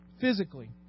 physically